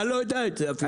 אתה לא יודע את זה אפילו.